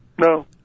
No